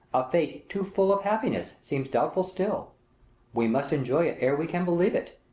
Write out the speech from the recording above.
a fate too full of happiness, seems doubtful still we must enjoy it ere we can believe it.